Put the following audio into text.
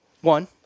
One